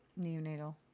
neonatal